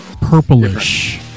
purplish